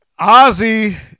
Ozzy